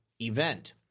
event